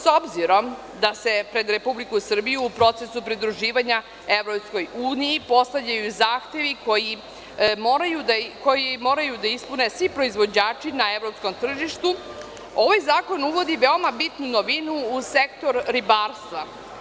S obzirom da se pred Republiku Srbije u procesu pridruživanja EU postavljaju zahtevi koji moraju da ispune svi proizvođači na evropskom tržištu, ovaj zakon uvodi veoma bitnu novinu u sektor ribarstva.